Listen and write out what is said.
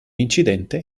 incidente